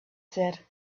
said